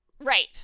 Right